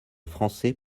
français